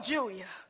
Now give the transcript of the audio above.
Julia